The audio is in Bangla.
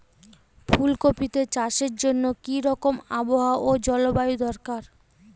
ফুল কপিতে চাষের জন্য কি রকম আবহাওয়া ও জলবায়ু দরকার?